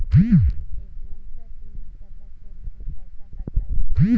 ATM चा PIN विसरल्यास तो रिसेट कसा करता येईल?